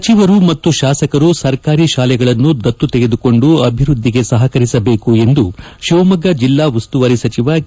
ಸಚಿವರು ಮತ್ತು ಶಾಸಕರು ಸರ್ಕಾರಿ ಶಾಲೆಗಳನ್ನು ದತ್ತು ತೆಗೆದುಕೊಂಡು ಅಭಿವೃದ್ದಿಗೆ ಸಪಕರಿಸಬೇಕು ಎಂದು ಶಿವಮೊಗ್ಗ ಜಿಲ್ಲಾ ಉಸ್ತುವಾರಿ ಸಚಿವ ಕೆ